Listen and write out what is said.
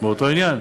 באותו עניין?